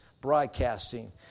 broadcasting